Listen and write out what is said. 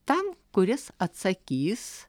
tam kuris atsakys